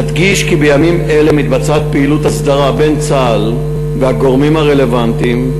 נדגיש כי בימים אלה מתבצעת פעילות הסדרה בין צה"ל לגורמים הרלוונטיים,